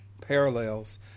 parallels